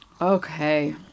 Okay